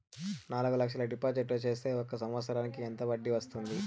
నాలుగు లక్షల డిపాజిట్లు సేస్తే ఒక సంవత్సరానికి ఎంత వడ్డీ వస్తుంది?